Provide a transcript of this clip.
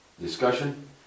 Discussion